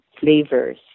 flavors